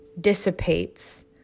dissipates